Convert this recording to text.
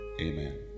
Amen